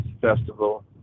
Festival